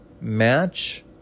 match